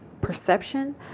perception